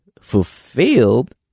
fulfilled